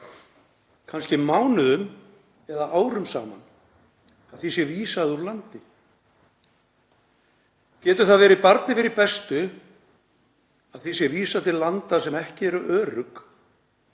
kannski mánuðum eða árum saman, að því sé vísað úr landi. Getur það verið barni fyrir bestu að því sé vísað til landa sem ekki eru örugg